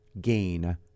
gain